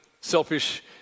selfish